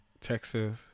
Texas